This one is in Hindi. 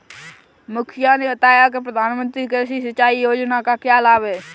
मुखिया ने बताया कि प्रधानमंत्री कृषि सिंचाई योजना का क्या लाभ है?